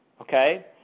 okay